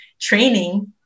training